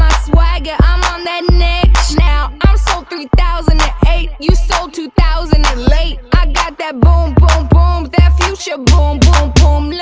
swagger i'm on that next s now i'm so three thousand and eight you so two thousand and late i got that boom boom boom that future boom